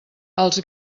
els